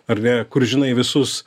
ar ne kur žinai visus